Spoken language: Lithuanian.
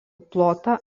plotą